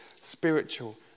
spiritual